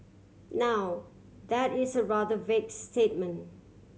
now that is a rather vague statement